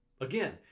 Again